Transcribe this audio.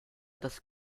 das